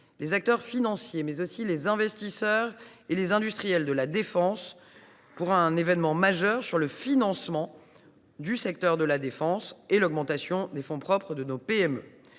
les acteurs financiers, mais aussi les investisseurs et les industriels de la défense, pour un événement majeur sur le financement du secteur de la défense et l’augmentation des fonds propres de nos PME.